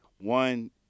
one